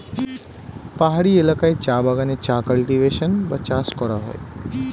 পাহাড়ি এলাকায় চা বাগানে চা কাল্টিভেশন বা চাষ করা হয়